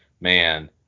man –